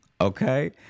okay